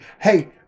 Hey